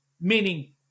Meaning